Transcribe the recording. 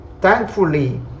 thankfully